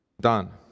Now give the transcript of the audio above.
done